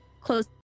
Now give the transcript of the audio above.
close